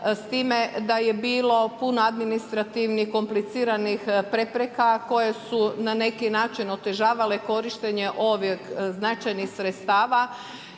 s time da je bilo puno administrativnih, kompliciranih prepreka koje su na neki način otežavale korištenje ovih značajnih sredstava